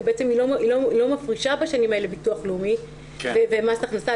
כי בעצם היא לא מפרישה בשנים האלה ביטוח לאומי ומס הכנסה.